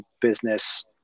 business